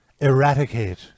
eradicate